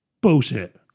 Bullshit